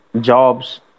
jobs